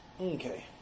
Okay